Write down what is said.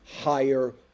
higher